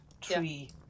tree